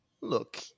Look